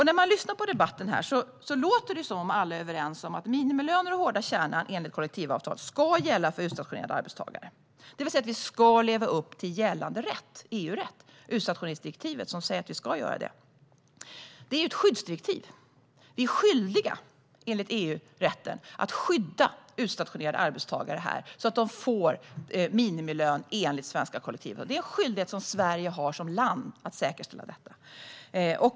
När man lyssnar på debatten här låter det som att alla är överens om att minimilöner och den hårda kärnan enligt kollektivavtal ska gälla för utstationerade arbetstagare, det vill säga att vi ska leva upp till gällande EU-rätt. I utstationeringsdirektivet sägs att vi ska göra det. Det är ett skyddsdirektiv. Vi är enligt EU-rätten skyldiga att skydda utstationerade arbetstagare här, så att de får minimilön enligt svenska kollektivavtal. Sverige som land har en skyldighet att säkerställa detta.